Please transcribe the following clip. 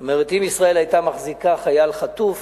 זאת אומרת, אם ישראל היתה מחזיקה חייל חטוף